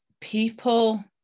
people